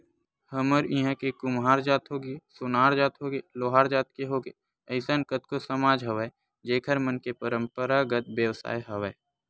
हमर इहाँ के कुम्हार जात होगे, सोनार जात होगे, लोहार जात के होगे अइसन कतको समाज हवय जेखर मन के पंरापरागत बेवसाय हवय